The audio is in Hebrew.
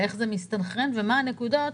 איך זה מסתנכרן ומה אבני הדרך,